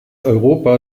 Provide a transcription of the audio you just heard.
europa